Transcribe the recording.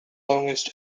longest